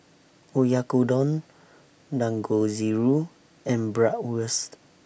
Oyakodon Dangojiru and Bratwurst